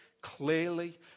clearly